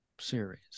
series